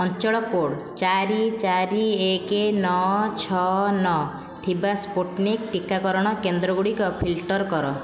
ଅଞ୍ଚଳ କୋଡ଼୍ ଚାରି ଚାରି ଏକ ନଅ ଛଅ ନଅ ଥିବା ସ୍ପୁଟନିକ୍ ଟିକା ଟିକାକରଣ କେନ୍ଦ୍ର ଗୁଡ଼ିକ ଫିଲ୍ଟର୍ କର